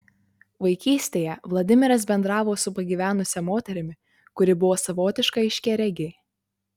vaikystėje vladimiras bendravo su pagyvenusia moterimi kuri buvo savotiška aiškiaregė